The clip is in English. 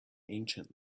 ancient